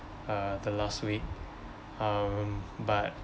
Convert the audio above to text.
uh the last week um but